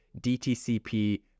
DTCP